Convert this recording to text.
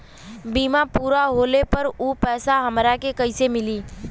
बीमा पूरा होले पर उ पैसा हमरा के कईसे मिली?